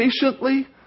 patiently